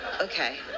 okay